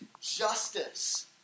justice